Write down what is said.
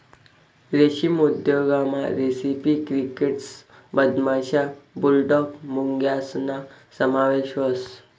रेशीम उद्योगमा रेसिपी क्रिकेटस मधमाशा, बुलडॉग मुंग्यासना समावेश व्हस